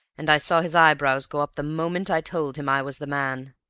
and i saw his eyebrows go up the moment i told him i was the man,